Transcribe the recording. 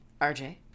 RJ